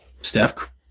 Steph